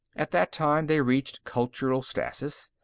at that time, they reached cultural stasis.